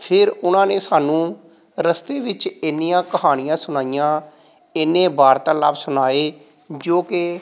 ਫਿਰ ਉਹਨਾਂ ਨੇ ਸਾਨੂੰ ਰਸਤੇ ਵਿੱਚ ਇੰਨੀਆਂ ਕਹਾਣੀਆਂ ਸੁਣਾਈਆਂ ਇੰਨੇ ਵਾਰਤਾਲਾਪ ਸੁਣਾਏ ਜੋ ਕਿ